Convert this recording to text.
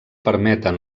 permeten